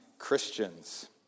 Christians